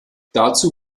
dazu